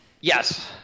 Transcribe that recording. Yes